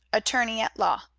attorney at law.